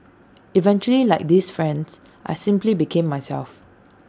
eventually like these friends I simply became myself